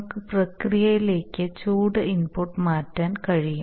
നമുക്ക് പ്രക്രിയയിലേക്ക് ചൂട് ഇൻപുട്ട് മാറ്റാൻ കഴിയും